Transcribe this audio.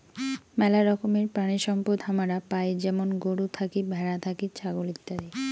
মেলা রকমের প্রাণিসম্পদ হামারা পাই যেমন গরু থাকি, ভ্যাড়া থাকি, ছাগল ইত্যাদি